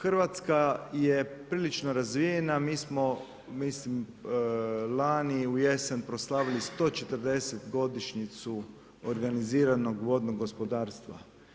Hrvatska je prilično razvijena, mi smo, mislim lani ujesen, proslavili 140 godišnjicu organiziranog vodnog gospodarstva.